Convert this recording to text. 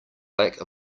lack